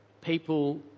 people